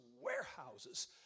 warehouses